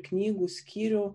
knygų skyrių